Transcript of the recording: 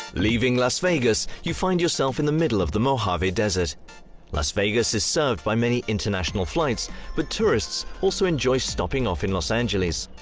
leaving las vegas, you find yourself in the middle of the mojave desert las vegas is served by many international flights but tourists also enjoy stopping off in los angeles.